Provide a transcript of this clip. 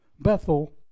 Bethel